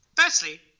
firstly